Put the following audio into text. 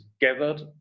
gathered